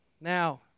Now